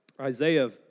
Isaiah